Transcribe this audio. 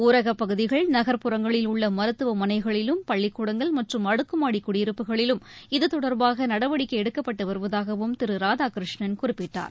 ஊரகப் பகுதிகள் நகர்புறங்களில் உள்ள மருத்துவ மனைகளிலும் பள்ளிக்கூடங்கள் மற்றும் அடுக்குமாடி குடியிருப்புகளிலும் இது தொடர்பாக நடவடிக்கை எடுக்கப்பட்டு வருவதாகவும் திரு ராதாகிருஷ்ணன் குறிப்பிட்டார்